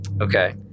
okay